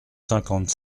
cinquante